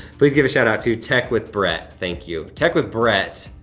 please give a shout-out to tech with brett, thank you. tech with brett,